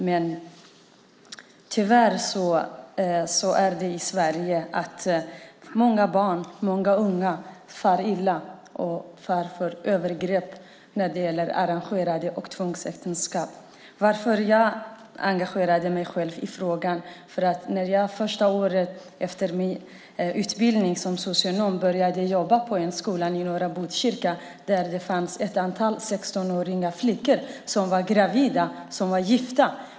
Men tyvärr far många barn och unga illa i Sverige och utsätts för övergrepp i form av arrangerade äktenskap och tvångsäktenskap. Orsaken till varför jag själv engagerade mig i frågan är att jag första året efter min utbildning till socionom började jobba på en skola i norra Botkyrka. Där fanns ett antal 16-åriga flickor som var gravida och gifta.